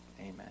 Amen